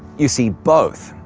you see both.